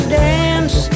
dance